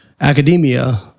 academia